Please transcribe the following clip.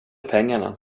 pengarna